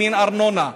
מין ארנונה.